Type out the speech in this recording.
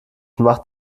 macht